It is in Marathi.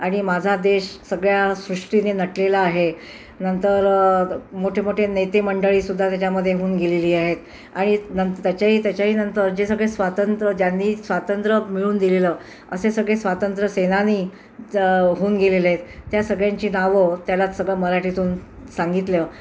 आणि माझा देश सगळ्या सृष्टीने नटलेला आहे नंतर मोठेमोठे नेतेमंडळीसुद्धा त्यच्यामध्ये होऊन गेलेली आहेत आणि नं त्याच्याही त्याच्याही नंतर जे सगळे स्वातंत्र्य ज्यांनी स्वातंत्र्य स्वातंत्र्य मिळवून दिलेलं असे सगळे स्वातंत्र्यसेनानी ज होऊन गेलेले आहेत त्या सगळ्यांची नावं त्याला सगळं मराठीतून सांगितलं